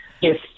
yes